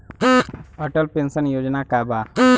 Atal pension योजना का बा?